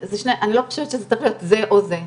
אני לא חושבת שזה צריך להיות זה או זה,